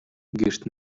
гэрт